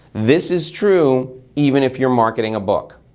this is true even if you're marketing a book.